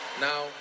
Now